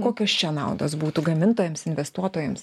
kokios čia naudos būtų gamintojams investuotojams